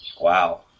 Wow